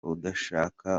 udashaka